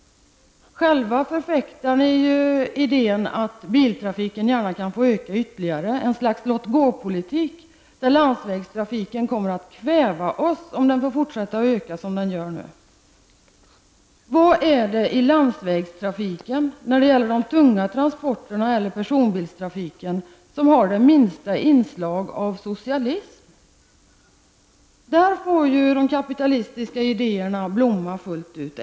Själva förfäktar ni ju idén att biltrafiken gärna kan få öka ytterligare. Det är ett slags låtgåpolitik, som innebär att landsvägstrafiken kommer att kväva oss om den får fortsätta att öka som den gör nu. Vad är det i landsvägstrafiken -- när det gäller de tunga transporterna eller personbilstrafiken -- som har det minsta inslag av socialism? Där får ju de kapitalistiska idéerna blomma fullt ut.